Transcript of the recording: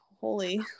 holy